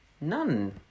None